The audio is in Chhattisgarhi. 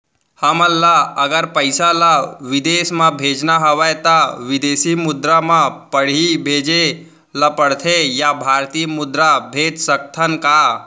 हमन ला अगर पइसा ला विदेश म भेजना हवय त विदेशी मुद्रा म पड़ही भेजे ला पड़थे या भारतीय मुद्रा भेज सकथन का?